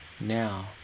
now